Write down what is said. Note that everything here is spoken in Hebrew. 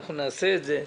אנחנו נעשה את זה.